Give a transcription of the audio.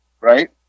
right